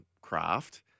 craft